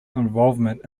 involvement